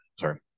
sorry